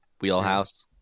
wheelhouse